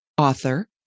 author